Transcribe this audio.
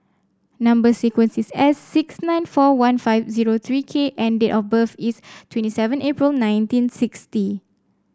number sequence is S six nine four one five zero three K and date of birth is twenty seven April nineteen sixty